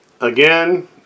Again